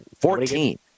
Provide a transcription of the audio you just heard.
Fourteen